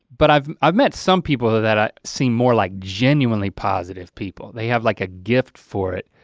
but i've i've met some people that that ah seem more like genuinely positive people. they have like a gift for it.